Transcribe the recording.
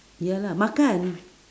ya lah makan